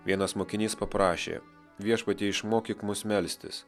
vienas mokinys paprašė viešpatie išmokyk mus melstis